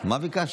מה ביקשנו?